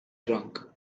drunk